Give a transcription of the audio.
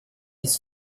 ist